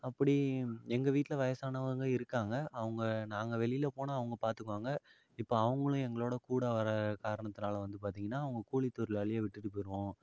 அப்படி எங்கள் வீட்டில வயசானவங்க இருக்காங்க அவங்க நாங்கள் வெளியில் போனால் அவங்க பார்த்துக்குவாங்க இப்போ அவங்களும் எங்களோட கூட வர காரணத்துனால வந்து பார்த்திங்கன்னா அவங்க கூலி தொழிலாளியை விட்டுவிட்டு போயிருவோம்